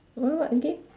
what what again